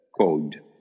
code